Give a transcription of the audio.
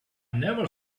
never